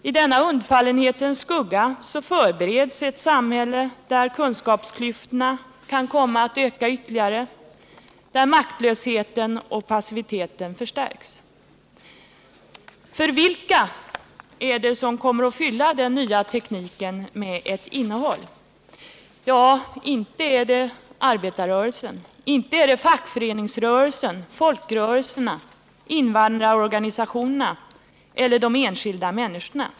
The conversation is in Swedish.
I denna undfallenhetens skugga förbereds ett samhälle där kunskapsklyftorna kan komma att öka ytterligare, där maktlösheten och passiviteten förstärks. För vilka är det som kommer att fylla den nya tekniken med ett innehåll? Ja, inte är det arbetarrörelsen, inte är det fackföreningsrörelsen, folkrörelserna, invandrarorganisationerna eller de enskilda människorna.